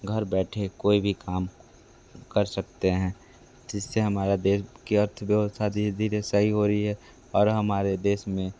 घर बैठे कोई भी काम कर सकते हैं जिस से हमारा देश की अर्थव्यवस्था धीरे धीरे सही हो रही है और हमारे देश में